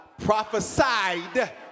prophesied